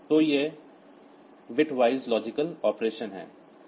तो ये bitwise logic operation हैं